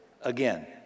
Again